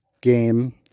Game